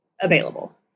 available